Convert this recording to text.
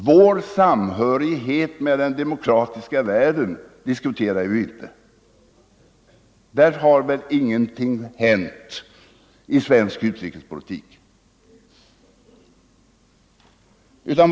Vår samhörighet med den demokratiska världen behöver vi ju inte diskutera. Där har väl ingenting hänt i den svenska utrikespolitiken.